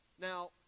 Now